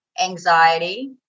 anxiety